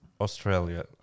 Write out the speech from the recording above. Australia